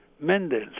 Mendel's